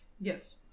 Yes